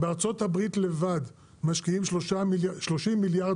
בארצות הברית לבד משקיעים שלושים מיליארד